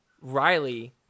Riley